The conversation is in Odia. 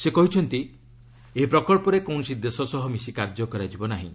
ସେ କହିଛନ୍ତି ଏହି ପ୍ରକଳ୍ପରେ କୌଣସି ଦେଶ ସହ ମିଶି କାର୍ଯ୍ୟ କରାଯିବ ନାହିଁ